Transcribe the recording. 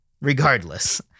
Regardless